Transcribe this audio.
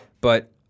But-